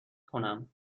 کنم